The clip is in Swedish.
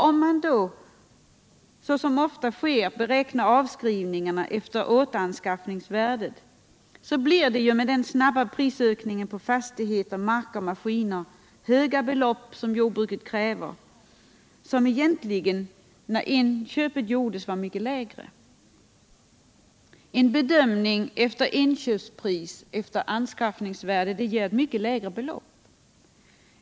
Om man då, såsom ofta sker, beräknar avskrivningarna efter återanskaffningsvärdet, så blir det med den snabba prisökningen på fastigheter, mark och maskiner höga belopp som jordbruket kräver, kostnader som egentligen när inköpet gjordes var mycket lägre. En bedömning efter inköpspris eller anskaffningsvärde ger mycket lägre belopp.